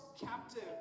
captive